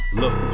look